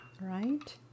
right